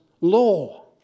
law